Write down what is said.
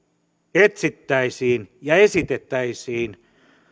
etsittäisiin ja esitettäisiin